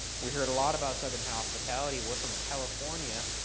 we heard a lot about southern hospitality. we're from california.